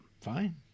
fine